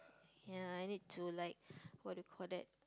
ya I need to like what do you call that